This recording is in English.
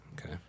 okay